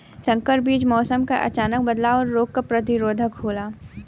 संकर बीज मौसम क अचानक बदलाव और रोग के प्रतिरोधक होला